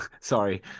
Sorry